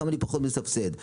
כמה הוא פחות מסבסד.